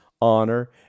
honor